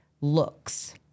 looks